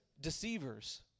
deceivers